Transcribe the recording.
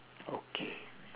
okay